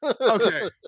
okay